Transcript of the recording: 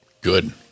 Good